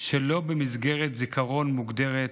שלא במסגרת זיכרון מוגדרת,